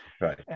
right